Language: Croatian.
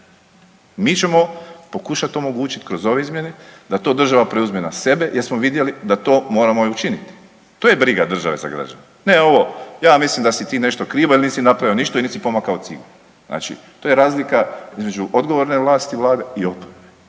Mi ćemo pokušati omogućiti kroz ove izmjene da to države preuzme na sebe jer smo vidjeli da to moramo i učiniti. To je briga države za građane, ne ovo ja mislim da si ti nešto kriva ili nisi napravio ništa ili nisi pomaknuo ciglu. Znači to je razlika između odgovorne vlasti i Vlade i oporbe.